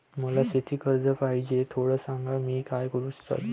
मला शेती कर्ज पाहिजे, थोडं सांग, मी काय करू राजू?